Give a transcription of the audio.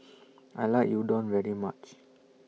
I like Udon very much